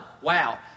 Wow